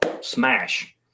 smash